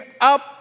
up